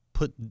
Put